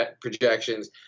projections